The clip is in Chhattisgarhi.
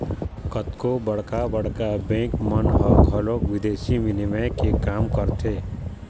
कतको बड़का बड़का बेंक मन ह घलोक बिदेसी बिनिमय के काम करथे